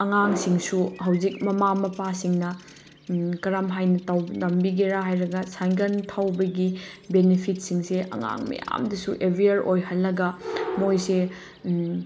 ꯑꯉꯥꯡꯁꯤꯡꯁꯨ ꯍꯧꯖꯤꯛ ꯃꯃꯥ ꯃꯄꯥꯁꯤꯡꯅ ꯀꯔꯝ ꯍꯥꯏꯅ ꯇꯝꯕꯤꯒꯦꯔ ꯍꯥꯏꯔꯒ ꯁꯥꯏꯒꯟ ꯊꯧꯕꯒꯤ ꯕꯦꯅꯤꯐꯤꯠꯁꯤꯡꯁꯦ ꯑꯉꯥꯡ ꯃꯌꯥꯝꯗꯁꯨ ꯑꯦꯋꯤꯌꯔ ꯑꯣꯏꯍꯜꯂꯒ ꯃꯣꯏꯁꯦ